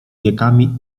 wiekami